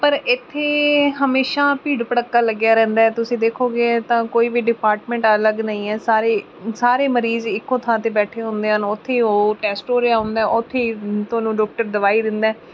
ਪਰ ਇੱਥੇ ਹਮੇਸ਼ਾ ਭੀੜ ਭੜੱਕਾ ਲੱਗਿਆ ਰਹਿੰਦਾ ਹੈ ਤੁਸੀਂ ਦੇਖੋਗੇ ਤਾਂ ਕੋਈ ਵੀ ਡਿਪਾਰਟਮੈਂਟ ਅਲੱਗ ਨਹੀਂ ਹੈ ਸਾਰੇ ਏ ਸਾਰੇ ਮਰੀਜ਼ ਇੱਕੋ ਥਾਂ 'ਤੇ ਬੈਠੇ ਹੁੰਦੇ ਹਨ ਉੱਥੇ ਹੀ ਉਹ ਟੈਸਟ ਹੋ ਰਿਹਾ ਹੁੰਦਾ ਉੱਥੇ ਹੀ ਤੁਹਾਨੂੰ ਡੋਕਟਰ ਦਵਾਈ ਦਿੰਦਾ ਹੈ